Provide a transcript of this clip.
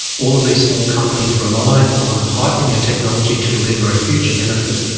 all of these small companies rely on hyping a technology to deliver a future benefit,